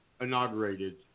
inaugurated